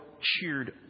cheered